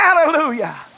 Hallelujah